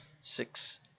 six